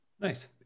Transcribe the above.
Nice